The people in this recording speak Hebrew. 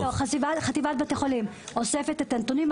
חטיבת בתי החולים אוספת את הנתונים.